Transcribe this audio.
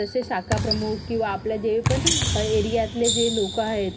जसे शाखाप्रमुख किंवा आपल्या जे पण एरियातले जे लोक आहेत